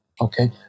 okay